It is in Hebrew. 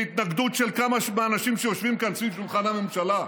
בהתנגדות של כמה מהאנשים שיושבים כאן סביב שולחן הממשלה.